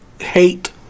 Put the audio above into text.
hate